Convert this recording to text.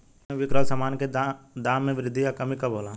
बाज़ार में बिक रहल सामान के दाम में वृद्धि या कमी कब होला?